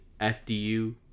FDU